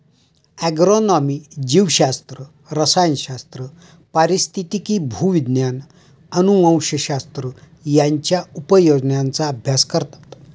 agronomy जीवशास्त्र, रसायनशास्त्र, पारिस्थितिकी, भूविज्ञान, अनुवंशशास्त्र यांच्या उपयोजनांचा अभ्यास करतात